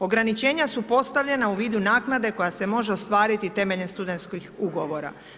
Ograničenja su postavljena u vidu naknade koja se može ostvariti temeljem studentskih ugovora.